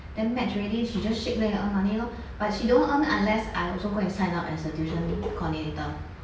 then match already she just shake then can earn money lor but she don't earn unless I also go and sign up as a tuition coordinator